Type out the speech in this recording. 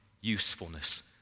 usefulness